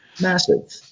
Massive